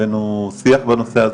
הבאנו שיח בנושא הזה,